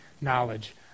knowledge